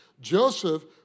Joseph